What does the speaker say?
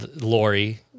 Lori